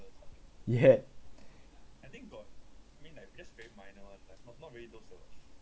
yet